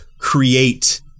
create